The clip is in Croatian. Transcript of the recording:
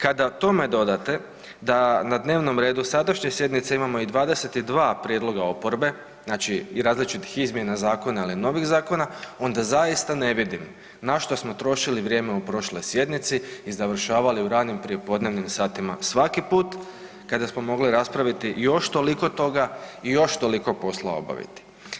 Kada tome dodate da na dnevnom redu sadašnje sjednice imamo i 22 prijedloga oporbe, znači i različitih izmjena zakona ili novih zakona onda zaista ne vidim na što smo trošili vrijeme u prošloj sjednici i završavali u ranim prijepodnevnim satima svaki put kada smo mogli raspraviti još toliko toga i još toliko posla obaviti.